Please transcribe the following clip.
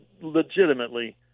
legitimately